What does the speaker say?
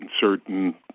certain